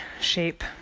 Shape